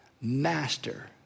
master